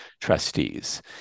trustees